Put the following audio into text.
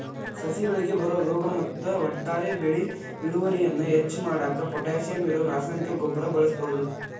ಸಸಿಗಳಿಗೆ ಬರೋ ರೋಗ ಮತ್ತ ಒಟ್ಟಾರೆ ಬೆಳಿ ಇಳುವರಿಯನ್ನ ಹೆಚ್ಚ್ ಮಾಡಾಕ ಪೊಟ್ಯಾಶಿಯಂ ಇರೋ ರಾಸಾಯನಿಕ ಗೊಬ್ಬರ ಬಳಸ್ಬಹುದು